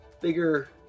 bigger